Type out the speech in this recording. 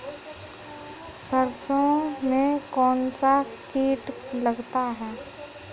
सरसों में कौनसा कीट लगता है?